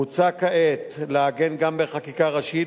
מוצע כעת לעגן גם בחקיקה ראשית,